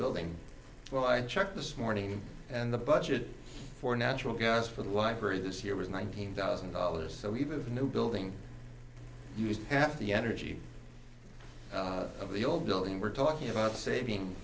building well i checked this morning and the budget for natural gas for the library this year was nineteen thousand dollars so we've of new building used half the energy of the old building we're talking about saving